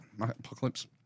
Apocalypse